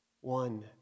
One